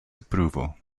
approval